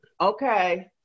Okay